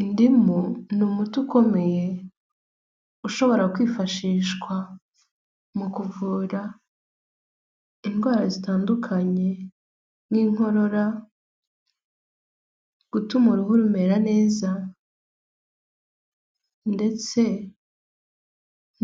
Indimu ni umuti ukomeye ushobora kwifashishwa mu kuvura indwara zitandukanye nk'inkorora gutuma uruhu umera neza ndetse